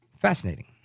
Fascinating